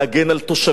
הוא עשה תפקידו כרב,